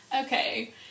Okay